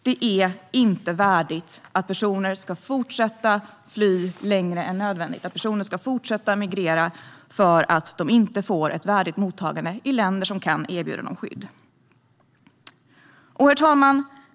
Det är inte värdigt att personer ska fortsätta att fly längre än nödvändigt eller att personer ska fortsätta att migrera för att de inte får ett värdigt mottagande i länder som kan erbjuda dem skydd. Herr talman!